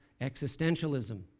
existentialism